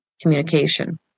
communication